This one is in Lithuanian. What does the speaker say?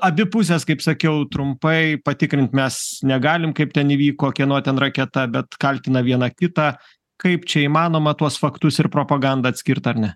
abi pusės kaip sakiau trumpai patikrint mes negalim kaip ten įvyko kieno ten raketa bet kaltina viena kitą kaip čia įmanoma tuos faktus ir propagandą atskirt ar ne